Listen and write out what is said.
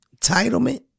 entitlement